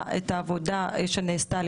היקף העובדים הזרים שנותנים מענה ובכלל